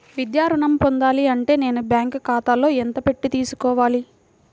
విద్యా ఋణం పొందాలి అంటే నేను బ్యాంకు ఖాతాలో ఎంత పెట్టి తీసుకోవాలి?